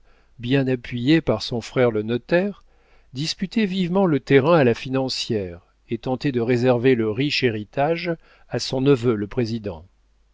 bien appuyé par son frère le notaire disputait vivement le terrain à la financière et tentait de réserver le riche héritage à son neveu le président